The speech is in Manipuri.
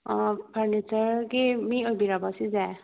ꯐꯔꯅꯤꯆꯔꯒꯤ ꯃꯤ ꯑꯣꯏꯕꯤꯔꯕꯣ ꯁꯤꯁꯦ